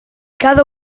cada